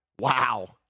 wow